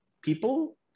people